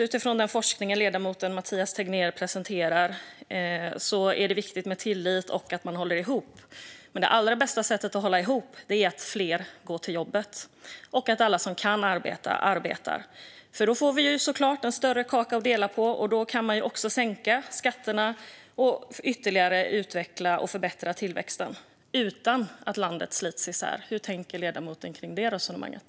Utifrån den forskning som ledamoten Mathias Tegnér presenterar är det viktigt med tillit och att man håller ihop. Det allra bästa sättet att hålla ihop är att fler går till jobbet och att alla som kan arbeta arbetar. Då får vi såklart en större kaka att dela på. Då kan man också sänka skatterna och ytterligare utveckla och förbättra tillväxten utan att landet slits isär. Hur tänker ledamoten om det resonemanget?